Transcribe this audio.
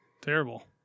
Terrible